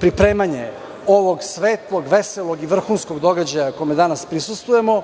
pripremanje ovog svetlog, veselog i vrhunskog događaja kome danas prisustvujemo,